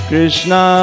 Krishna